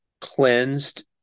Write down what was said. cleansed